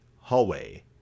hallway